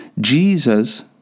Jesus